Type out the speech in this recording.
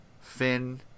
Finn